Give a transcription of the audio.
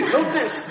Notice